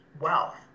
wealth